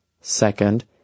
Second